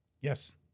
Yes